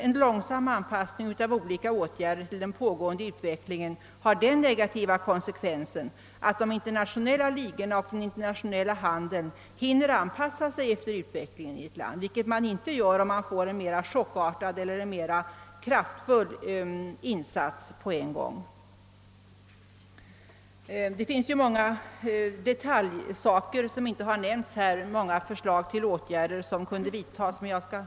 En långsam anpassning av olika åtgärder till den pågående utvecklingen har den negativa konsekvensen att de internationella ligorna och den internationella handeln hinner anpassa sig efter de nya förhållandena, vilket inte sker om det görs en mera chockartad och kraftfull insats på en gång. Många detaljfrågor och många förslag till åtgärder som kunde vidtagas har inte nämnts här.